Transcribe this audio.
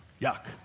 Yuck